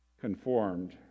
conformed